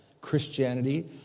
Christianity